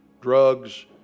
Drugs